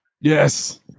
Yes